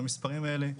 המספרים האלה,